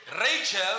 Rachel